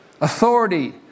authority